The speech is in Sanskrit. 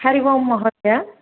हरि ओं महोदय